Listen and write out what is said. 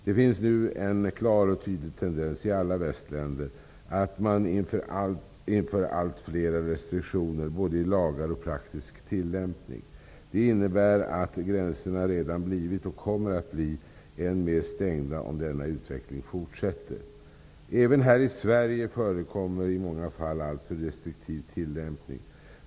Det finns nu en klar och tydlig tendens i alla västländer att man inför allt flera restriktioner, både i lagar och i praktisk tillämpning. Det innebär att gränserna redan blivit och kommer att bli än mer stängda om denna utveckling fortsätter. Även här i Sverige förekommer i många fall en alltför restriktiv tillämpning.